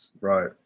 Right